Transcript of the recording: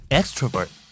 extrovert